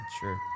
Sure